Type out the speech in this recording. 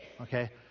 Okay